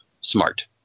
smart